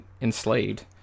enslaved